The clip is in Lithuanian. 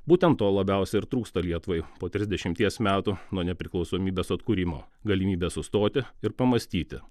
būtent to labiausiai ir trūksta lietuvai po trisdešimties metų nuo nepriklausomybės atkūrimo galimybės sustoti ir pamąstyti